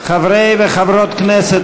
חברי וחברות כנסת,